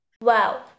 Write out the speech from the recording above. Wow